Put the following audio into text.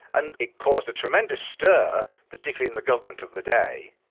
and it caused a tremendous stir, particularly in the government of the day,